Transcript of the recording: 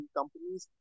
companies